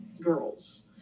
girls